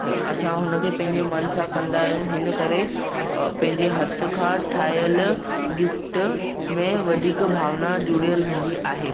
असां हुनखे पंहिंजे मनु सां कंदा आहियूं इनकरे पंहिंजे हथ खां ठाहियल गिफ़्ट में वधीक भावना जुड़ियल हूंदी आहे